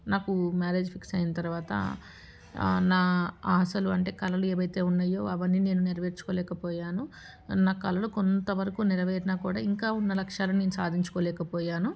నాకు marriage fix అయిన తరువాత నా అసలు అంటే కలలు ఏవైతే ఉన్నాయో అవన్నీ నేను నెరవేర్చుకోలేకపోయాను నా కలలు కొంతవరకు నెరవేరినా కూడా ఇంకా ఉన్న లక్ష్యాలు నేను సాధించుకోలేకపోయాను